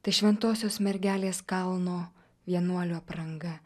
tai šventosios mergelės kalno vienuolių apranga